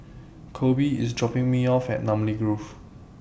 Coby IS dropping Me off At Namly Grove